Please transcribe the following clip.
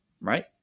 right